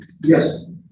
Yes